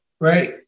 right